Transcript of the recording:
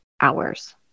hours